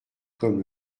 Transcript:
comme